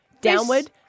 Downward